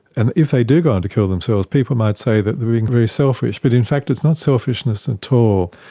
and if they do go on to kill themselves people might say that they're being very selfish but in fact it's not selfishness and at all,